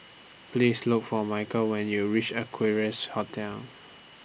Please Look For Michael when YOU REACH Equarius Hotel